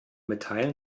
mitteilen